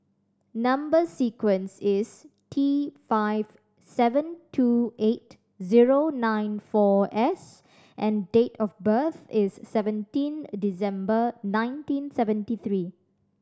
number sequence is T five seven two eight zero nine four S and date of birth is seventeen December nineteen seventy three